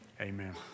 Amen